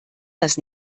das